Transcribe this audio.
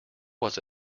was